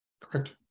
Correct